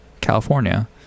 California